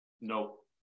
nope